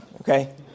Okay